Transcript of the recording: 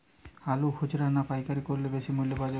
আলু খুচরা না পাইকারি করলে বেশি মূল্য পাওয়া যাবে?